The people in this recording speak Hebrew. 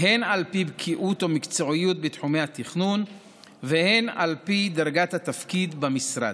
הן על פי בקיאות ומקצועיות בתחומי התכנון והן על פי דרגת התפקיד במשרד.